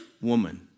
woman